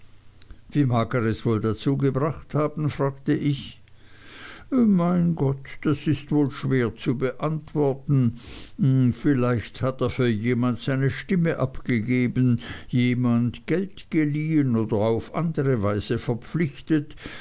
wie mag er es wohl dazu gebracht haben fragte ich mein gott das ist wohl schwer zu beantworten vielleicht hat er für jemand seine stimme abgegeben jemand geld geliehen oder auf andere weise verpflichtet